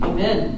Amen